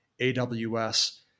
AWS